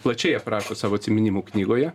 plačiai aprašo savo atsiminimų knygoje